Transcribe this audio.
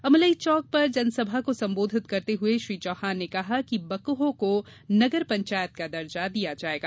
अमलई चौक पर जनसभा को संबोधित करते हुये श्री चौहान ने कहा कि बकहो को नगर पंचायत का दर्जा दिया जायेगा